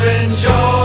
enjoy